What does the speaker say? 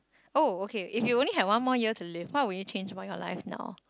oh okay if you only had one more year to live what would you change about your life now